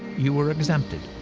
you were exempted.